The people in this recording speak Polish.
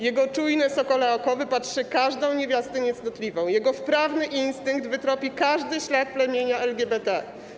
Jego czujne sokole oko wypatrzy każdą niewiastę niecnotliwą, jego wprawny instynkt wytropi każdy ślad plemienia LGBT.